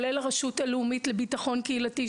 הרשות הלאומית לביטחון קהילתי,